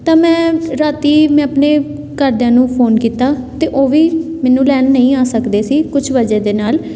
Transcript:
ਤਾਂ ਮੈਂ ਰਾਤੀ ਮੈਂ ਆਪਣੇ ਘਰਦਿਆਂ ਨੂੰ ਫੋਨ ਕੀਤਾ ਅਤੇ ਉਹ ਵੀ ਮੈਨੂੰ ਲੈਣ ਨਹੀਂ ਆ ਸਕਦੇ ਸੀ ਕੁਛ ਵਜ੍ਹਾ ਦੇ ਨਾਲ